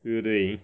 对不对